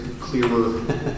clearer